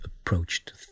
approached